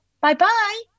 Bye-bye